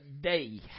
day